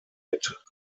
mit